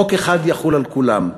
חוק אחד יחול על כולם,